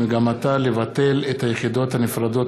שמגמתה לבטל את היחידות הנפרדות